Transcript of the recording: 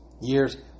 years